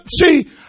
see